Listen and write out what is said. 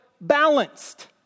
balanced